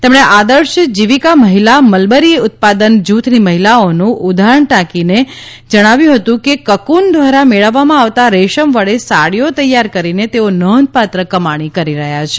તેમણે આદર્શ જીવિકા મહિલા મલબરી ઉત્પાદન જૂથની મહિલાઓનું ઉદાહરણ ટાંકીને જણાવ્યું હતું કે કકુન દ્વારા મેળવવામાં આવતા રેશમ વડે સાડીઓ તૈયાર કરીને તેઓ નોંધપાત્ર કમાણી કરી રહી છે